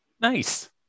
Nice